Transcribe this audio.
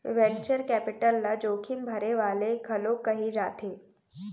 venture capital ल जोखिम भरे वाले घलोक कहे जाथे